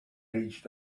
reached